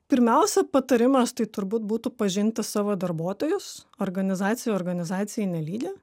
pirmiausia patarimas tai turbūt būtų pažinti savo darbuotojus organizacija organizacijai nelygi